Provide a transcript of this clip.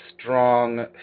strong